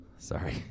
Sorry